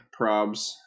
Probs